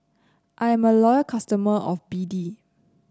I am a loyal customer of B D